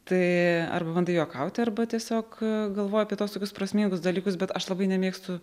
tai arba bandai juokauti arba tiesiog galvoji apie tuos tokius prasmingus dalykus bet aš labai nemėgstu